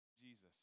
Jesus